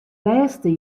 lêste